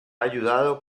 ayudado